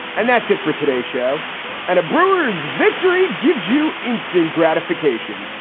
and that's it for today show and a breuer's victory gives you instant gratification.